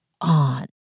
on